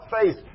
face